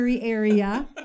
area